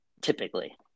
typically